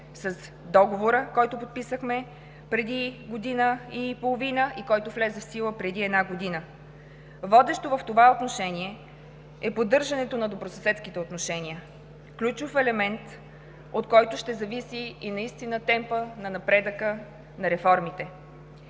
с Договора, който подписахме преди година и половина и който влезе в сила преди една година, водещо в това отношение е поддържането на добросъседските отношения – ключов елемент, от който ще зависи наистина темпът на напредъка на реформите.